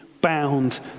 bound